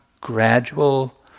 gradual